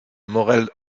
morel